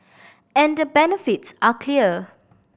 and the benefits are clear